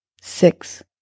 six